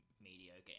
mediocre